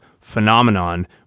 phenomenon